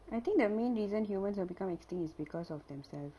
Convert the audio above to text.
I think the main reason humans will become extinct is because of themselves